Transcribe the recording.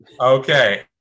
Okay